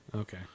Okay